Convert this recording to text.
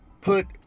put